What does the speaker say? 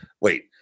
wait